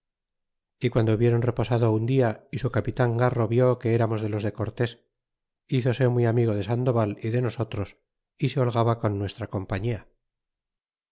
y guando hubieron reposado un dia y su capitan garro vió que eramos de los de cortés hizose muy amigo de sandoval y de nosotros y se holgaba con nuestra compañia